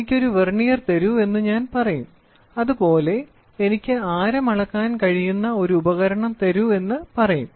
എനിക്ക് ഒരു വെർനിയർ തരൂ എന്ന് ഞാൻ പറയും അതുപോലെ എനിക്ക് ആരം അളക്കാൻ കഴിയുന്ന ഒരു ഉപകരണം തരൂ എന്ന് പറയും